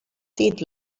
dit